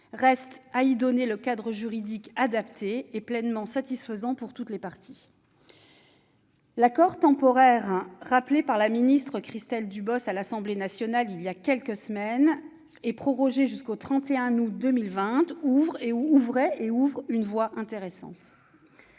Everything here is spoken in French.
mettre en place le cadre juridique adapté et pleinement satisfaisant pour toutes les parties. L'accord temporaire, qui a été rappelé par la secrétaire d'État Christelle Dubos à l'Assemblée nationale il y a quelques semaines, et qui est prorogé jusqu'au 31 août 2020, ouvre une voie intéressante.